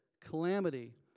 calamity